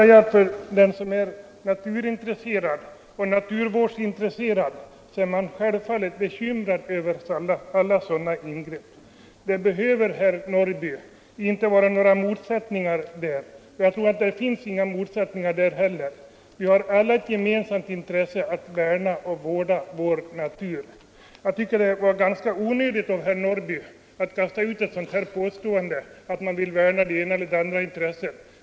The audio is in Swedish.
Den som är naturintresserad och naturvårdsintresserad är självfallet bekymrad över alla sådana ingrepp. Det bör, herr Norrby, inte vara några motsättningar härvidlag, och jag tror att det inte heller finns några sådana motsättningar. Vi har alla ett gemensamt intresse av att värna och vårda vår natur. Jag tycker att det var ganska onödigt av herr Norrby att kasta ut ett sådant här påstående — att man skulle värna det ena eller det andra intresset.